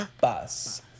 Bus